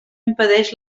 impedeix